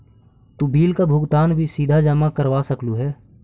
तु बिल का भुगतान भी सीधा जमा करवा सकलु हे